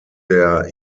der